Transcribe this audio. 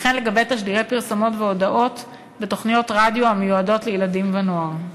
וכן לגבי תשדירי פרסומות והודעות בתוכניות רדיו המיועדות לילדים ולנוער.